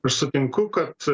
aš sutinku kad